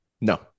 No